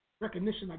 recognition